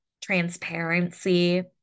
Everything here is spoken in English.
transparency